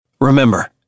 Remember